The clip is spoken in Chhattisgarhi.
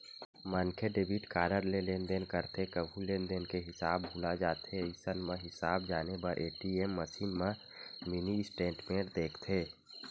मनखे डेबिट कारड ले लेनदेन करथे कभू लेनदेन के हिसाब भूला जाथे अइसन म हिसाब जाने बर ए.टी.एम मसीन म मिनी स्टेटमेंट देखथे